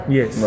Yes